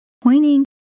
pointing